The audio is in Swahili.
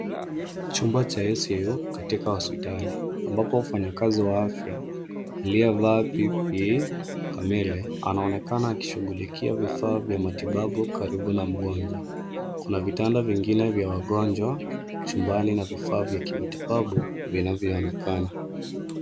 Chumba cha ,ICU katika hospitali ambapo wafanyikazi wa afya aliyevaa PPE kamili anaonekana akishighulikia vifaa vya matibabu karibu na mgonjwa. Kuna vitanda vingine vya wagonjwa chumbani na vifaa vya kimatibabu vinayoonekana.